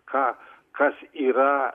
ką kas yra